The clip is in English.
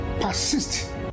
Persist